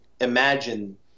imagine